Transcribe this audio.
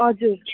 हजुर